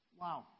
wow